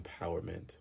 empowerment